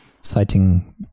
citing